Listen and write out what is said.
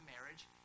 marriage